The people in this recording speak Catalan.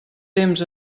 temps